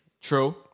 True